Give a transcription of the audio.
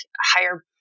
higher